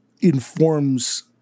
informs